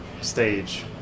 stage